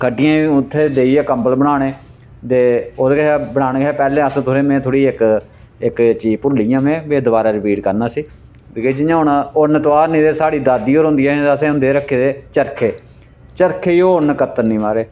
खड्डियें उत्थै देइयै कम्बल बनाने दे ओह्दे कशा बनाने शा पैह्ले अस तुसें में थोह्ड़ी जेही इक इक चीज भुल्ली गेआ में में दबारा रपीट करना उसी कि के जियां हून उन्न तोआरनी होंदी तां साढ़ी दादी होर होंदियां हियां ते असें होंदे हे रक्खे दे चरखे चरखे जे ओह् उन्न कत्तनी महाराज